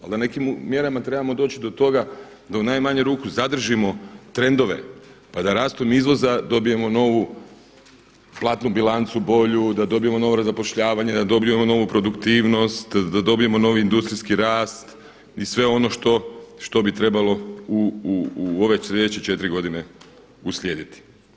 Valjda nekim mjerama trebamo doći do toga da u najmanju ruku zadržimo trendove, pa da rastom izvoza dobijemo novu platnu bilancu bolju, da dobijemo novo nezapošljavanje, da dobijemo novu produktivnost, da dobijemo novi industrijski rast i sve ono što bi trebalo u ove sljedeće 4 godine uslijediti.